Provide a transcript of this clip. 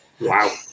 Wow